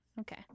Okay